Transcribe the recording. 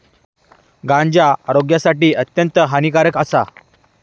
गांजा आरोग्यासाठी अत्यंत हानिकारक आसा